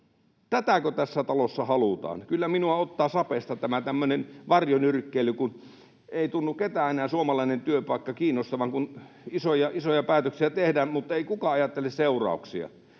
Tätäkö tässä talossa halutaan? Kyllä minua ottaa sapesta tämmöinen varjonyrkkeily, kun ei tunnu ketään enää suomalainen työpaikka kiinnostavan, kun isoja päätöksiä tehdään. Muttei kukaan ajattele seurauksia.